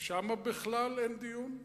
שם בכלל אין דיון.